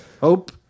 Hope